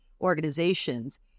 organizations